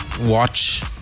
watch